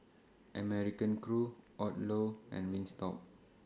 American Crew Odlo and Wingstop